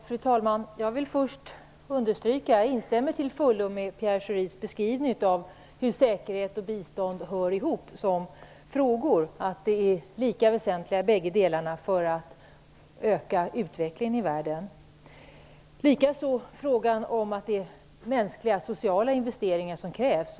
Fru talman! Jag vill först understryka att jag till fullo instämmer i Pierre Schoris beskrivning av hur säkerhet och bistånd hör ihop. De är lika väsentliga båda två för att öka utvecklingen i världen. Jag instämmer även i att det är mänskliga sociala investeringar som krävs.